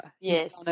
Yes